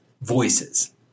voices